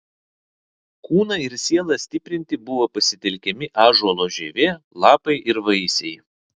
kūną ir sielą stiprinti buvo pasitelkiami ąžuolo žievė lapai ir vaisiai